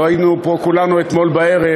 לא היינו פה כולנו אתמול בערב,